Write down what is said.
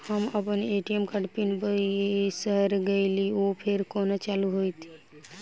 हम अप्पन ए.टी.एम कार्डक पिन बिसैर गेलियै ओ फेर कोना चालु होइत?